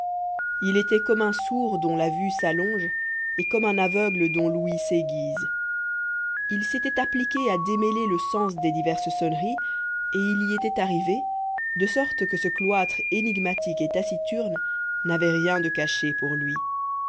il était comme un sourd dont la vue s'allonge et comme un aveugle dont l'ouïe s'aiguise il s'était appliqué à démêler le sens des diverses sonneries et il y était arrivé de sorte que ce cloître énigmatique et taciturne n'avait rien de caché pour lui